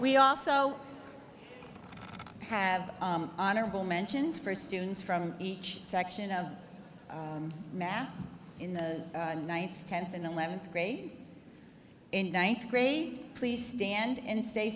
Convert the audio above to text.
we also have honorable mentions for students from each section of math in the ninth tenth and eleventh grade in ninth grade please stand and stay